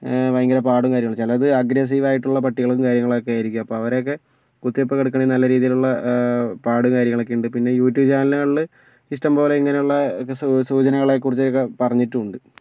ഭയങ്കര പാട് കാര്യങ്ങൾ ചിലത് അഗ്ഗ്രസ്സീവ് ആയിട്ടുള്ള പട്ടികളും കാര്യങ്ങളൊക്കെ ആയിരിക്കും അപ്പോൾ അവരെ ഒക്കെ കുത്തിവെപ്പ് എടുക്കണമെങ്കിൽ നല്ല രീതിയിലുള്ള പാട് കാര്യങ്ങളൊക്കെ ഉണ്ട് പിന്നെ യൂട്യൂബ് ചാനലുകളിൽ ഇഷ്ടം പോലെ ഇങ്ങനെയുള്ള സു സൂചനകളെ കുറിച്ച് ഒക്കെ പറഞ്ഞിട്ടുണ്ട്